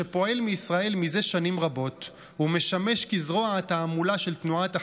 שפועל מישראל מזה שנים רבות ומשמש כזרוע התעמולה של תנועת החמאס,